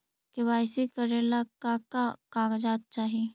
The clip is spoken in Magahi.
के.वाई.सी करे ला का का कागजात चाही?